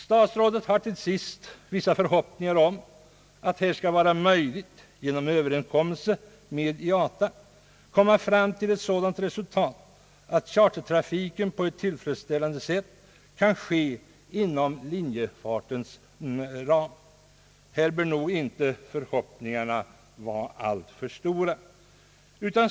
Statsrådet uttalade till sist vissa förhoppningar om att det skall bli möjligt att genom överenskommelser med IATA komma fram till ett sådant resultat att chartertrafiken på ett tillfredsställande sätt kan ordnas inom linjefartens ram. Här bör nog inte förhopppingarna vara alltför stora.